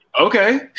Okay